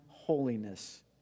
holiness